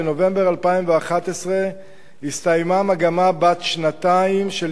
בנובמבר 2011 נסתיימה מגמה בת שנתיים של